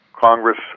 Congress